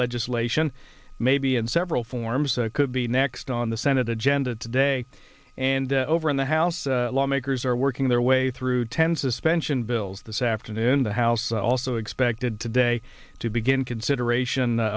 legislation maybe in several forms could be next on the senate agenda today and over in the house lawmakers are working their way through ten suspension bills this afternoon in the house also expected today to begin consideration